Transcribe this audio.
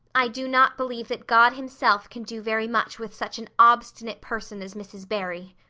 i do not believe that god himself can do very much with such an obstinate person as mrs. barry.